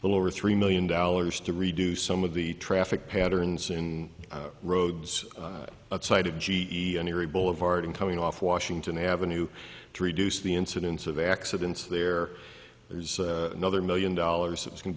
little over three million dollars to reduce some of the traffic patterns in roads side of g e and erie boulevard and coming off washington avenue to reduce the incidence of accidents there there's another million dollars it's going to